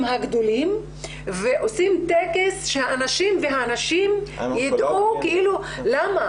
הגדולים ועושים טקס שאנשים ונשים יידעו למה,